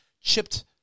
chipped